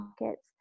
markets